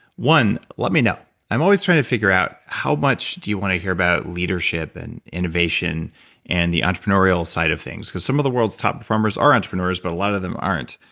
one, let me know. i'm always trying to figure out how much do you want to hear about leadership and innovation and the entrepreneurial side of things because some of the world's top performers are entrepreneurs but a lot of them aren't.